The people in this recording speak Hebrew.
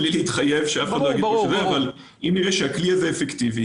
בלי להתחייב אם נראה שהכלי הזה אפקטיבי